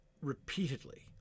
repeatedly